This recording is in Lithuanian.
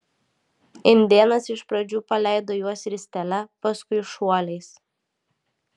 indėnas iš pradžių paleido juos ristele paskui šuoliais